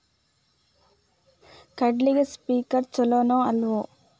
ಕಡ್ಲಿಗೆ ಸ್ಪ್ರಿಂಕ್ಲರ್ ಛಲೋನೋ ಅಲ್ವೋ?